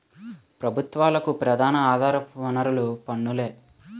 ప్రభుత్వాలకు ప్రధాన ఆధార వనరులు పన్నులే